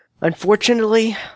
unfortunately